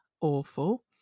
awful